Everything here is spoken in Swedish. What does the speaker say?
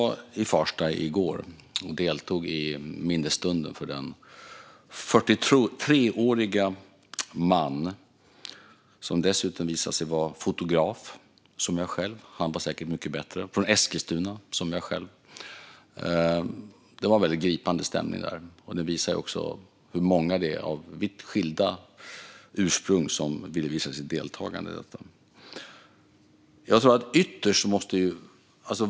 Herr talman! Jag var i Farsta i går och deltog i minnesstunden för den 43-årige mannen. Det visade sig att han var fotograf, som jag själv - han var säkert mycket bättre - och att han kom från Eskilstuna, som jag själv. Stämningen var väldigt gripande. Det visade de många, av vitt skilda ursprung, som ville visa sitt deltagande.